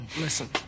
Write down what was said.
listen